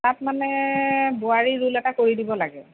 তাত মানে বোৱাৰী ৰোল এটা কৰি দিব লাগে